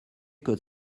code